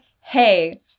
hey